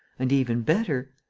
and even better.